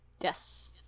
yes